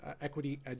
equity